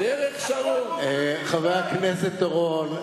חבר הכנסת אורון,